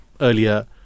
earlier